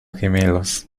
gemelos